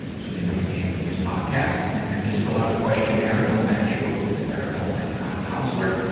so they know you came from this podcast. and then just fill out a questionnaire and they'll match you up with a betterhelp. com counselor.